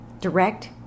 direct